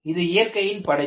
இது இயற்கையின் படைப்பு